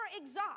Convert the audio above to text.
exhaust